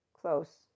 close